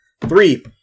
three